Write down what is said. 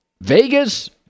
Vegas